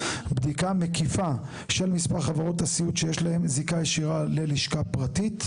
בדיקה מקיפה של מספר חברות הסיעוד שיש להן זיקה ישירה ללשכה פרטית.